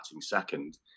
second